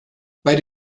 bei